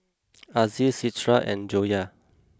Aziz Citra and Joyah